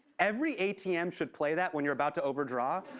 every atm should play that when you're about to overdraw.